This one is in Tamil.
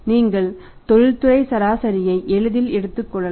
நீங்கள் தொழில்துறை சராசரியை எளிதில் எடுத்துக் கொள்ளலாம்